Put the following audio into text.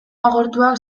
agortuak